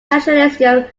nationalism